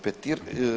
Petir.